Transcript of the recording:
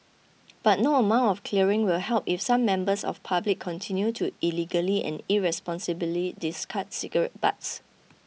but no amount of clearing will help if some members of public continue to illegally and irresponsibly discard cigarette butts